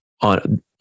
on